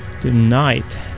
tonight